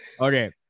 Okay